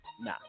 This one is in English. Nah